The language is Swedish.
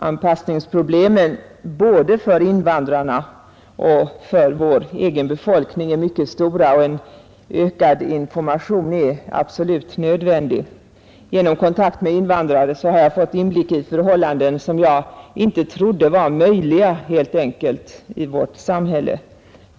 Anpassningsproblemen både för invandrarna och vår egen befolkning är mycket stora och ytterligare information är nödvändig. Genom kontakt med invandrare har jag fått inblick i förhållanden, som jag helt enkelt inte trodde var möjliga i vårt samhälle.